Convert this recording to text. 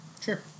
Sure